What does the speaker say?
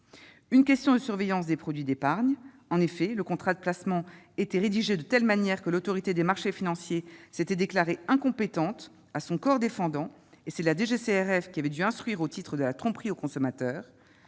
une question de surveillance des produits d'épargne, en effet, le contrat de placement était rédigé de telle manière que l'Autorité des marchés financiers, s'était déclarée incompétente à son corps défendant, et c'est la DGCCRF, qui avait dû instruire au titre de la tromperie au consommateur,